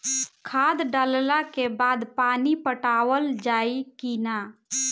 खाद डलला के बाद पानी पाटावाल जाई कि न?